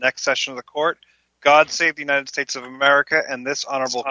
next session the court god save the united states of america and this honorable